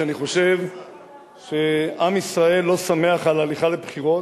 שאני חושב שעם ישראל לא שמח על הליכה לבחירות,